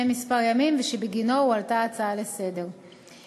כמה ימים ושבגינו הועלתה ההצעה לסדר-היום.